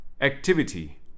Activity